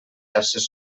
xarxes